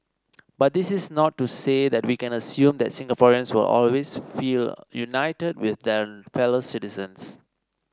but this is not to say that we can assume that Singaporeans will always feel united with their fellow citizens